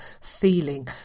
feeling